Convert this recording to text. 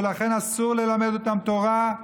ולכן אסור ללמד אותם תורה,